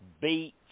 beat